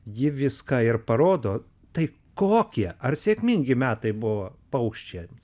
ji viską ir parodo tai kokie ar sėkmingi metai buvo paukščiams